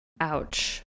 ouch